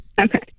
Okay